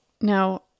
Now